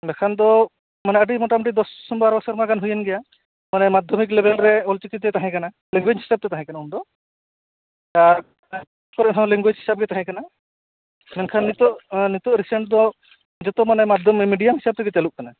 ᱵᱟᱠᱷᱟᱱ ᱫᱚ ᱟᱹᱰᱤ ᱢᱚᱴᱟ ᱢᱩᱴᱤ ᱫᱚᱥ ᱵᱟᱨᱚ ᱥᱮᱨᱢᱟ ᱜᱟᱱ ᱫᱚ ᱦᱩᱭᱮᱱ ᱜᱮᱭᱟ ᱢᱟᱱᱮ ᱢᱟᱫᱽᱫᱷᱚᱢᱤᱠ ᱞᱮᱵᱮᱞ ᱨᱮ ᱚᱞ ᱪᱤᱠᱤ ᱛᱮ ᱛᱟᱦᱮᱸ ᱠᱟᱱᱟ ᱞᱮᱝᱜᱩᱭᱮᱡ ᱦᱤᱥᱟᱹᱵ ᱛᱟᱦᱮᱸ ᱠᱟᱱᱟ ᱩᱱᱫᱚ ᱟᱨ ᱤᱥᱠᱩᱞ ᱠᱚᱨᱮ ᱦᱚᱸ ᱞᱮᱝᱜᱩᱭᱮᱡ ᱦᱤᱥᱟᱹᱵ ᱜᱮ ᱛᱟᱦᱮᱸ ᱠᱟᱱᱟ ᱢᱮᱱᱠᱷᱟᱱ ᱱᱤᱛᱚᱜ ᱱᱤᱛᱳᱜ ᱨᱤᱥᱮᱱᱴ ᱫᱚ ᱡᱚᱛᱚ ᱢᱟᱱᱮ ᱢᱟᱫᱽᱫᱷᱚᱢᱤ ᱢᱤᱰᱤᱭᱟᱢ ᱥᱟᱱᱛᱟᱞᱤ ᱪᱟᱹᱞᱩᱜ ᱠᱟᱱᱟ